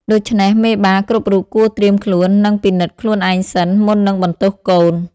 ដូច្នេះ មេបាគ្រប់រូបគួរត្រៀមខ្លួន និងពិនិត្យខ្លួនឯងសិន មុននឹងបន្ទោសកូន។